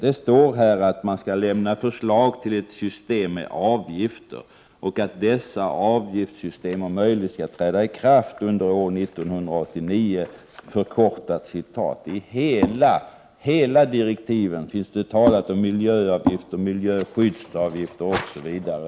Det står att förslag skall lämnas till ett system med avgifter och att detta avgiftssystem om möjligt skall träda i kraft under år 1989. I direktiven talas det överallt om miljöavgift och miljöskyddsavgifter, osv.